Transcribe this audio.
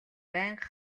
байнга